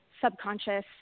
subconscious